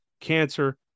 Cancer